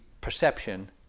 perception